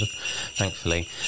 thankfully